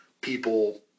people